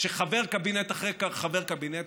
שחבר קבינט אחרי חבר קבינט,